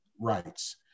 rights